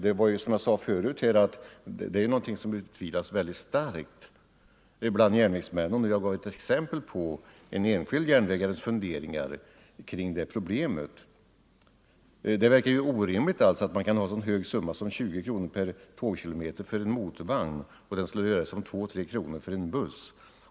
Som jag sade förut här är det någonting som betvivlas starkt bland järnvägsmän, och jag gav ett exempel på en enskild järnvägares funderingar kring det här problemet. Det verkar ju orimligt att man kan ha en så hög summa som 20 kronor per tågkilometer för en motorvagn, medan det skulle röra sig om två till tre kronor för en buss.